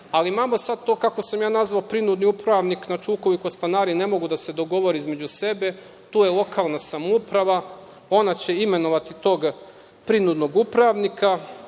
ali imamo sada to, kako sam ja nazvao prinudni upravnik, ukoliko stanari ne mogu da se dogovore između sebe, tu je lokalna samouprava. Ona će imenovati tog prinudnog upravnika